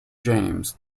james